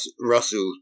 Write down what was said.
Russell